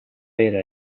era